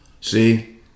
See